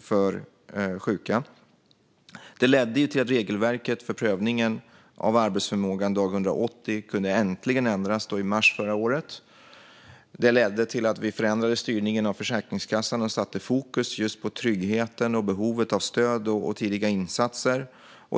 för sjuka. Det ledde till att regelverket för prövningen av arbetsförmågan dag 180 äntligen kunde ändras i mars förra året. Det ledde till att vi förändrade styrningen av Försäkringskassan och satte fokus på tryggheten och behovet av stöd och tidiga insatser.